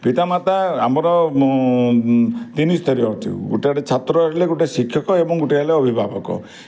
ପିତା ମାତା ଆମର ତିନି ସ୍ତରୀୟ ଅଟେ ଗୋଟେ ଛାତ୍ର ରହିଲେ ଗୋଟେ ଶିକ୍ଷକ ଏବଂ ଗୋଟେ ହେଲେ ଅଭିଭାବକ